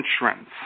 insurance